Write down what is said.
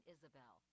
Isabel